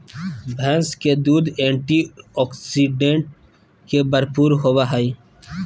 भैंस के दूध एंटीऑक्सीडेंट्स से भरपूर होबय हइ